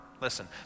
Listen